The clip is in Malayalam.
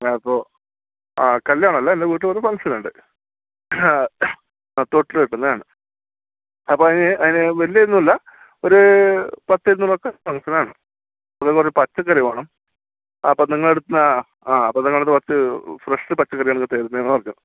അപ്പോൾ ആ കല്യാണം അല്ല എൻ്റെ വീട്ടിലൊരു ഫങ്ക്ഷനുണ്ട് തൊട്ടടുത്തുള്ളയാണ് അപ്പോൾ അതിന് അതിന് വലിയ ഇതൊന്നുമില്ല ഒരു പത്തിരുന്നൂർ ആൾക്കാരുടെ ഫങ്ക്ഷനാണ് അപ്പോൾ കുറച്ച് പച്ചക്കറി വേണം അപ്പോൾ നിങ്ങളുടെ അടുത്ത് നിന്ന് ആ അപ്പോൾ നിങ്ങളുടെയടുത്ത് കുറച്ച് ഫ്രഷ് പച്ചക്കറിയാണ് തരുന്നതെന്നു പറഞ്ഞു